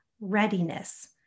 readiness